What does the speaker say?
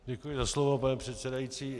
Děkuji za slovo, pane předsedající.